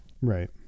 Right